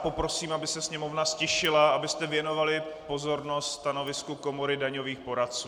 Poprosím, aby se sněmovna ztišila, abyste věnovali pozornost stanovisku Komory daňových poradců.